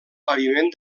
paviment